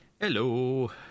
Hello